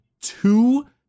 two